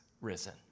risen